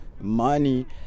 money